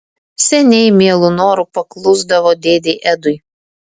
seniai mielu noru paklusdavo dėdei edui